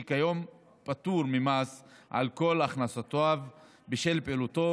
שכיום פטור ממס על כל הכנסותיו בשל פעילותו